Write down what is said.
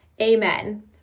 amen